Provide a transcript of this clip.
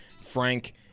Frank